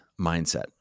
mindset